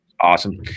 Awesome